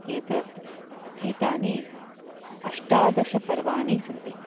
एतत् एतानि अष्टादशपर्वाणि सन्ति